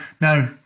no